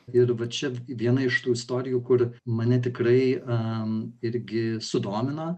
ir va čia viena iš tų istorijų kur mane tikrai am irgi sudomino